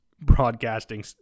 broadcasting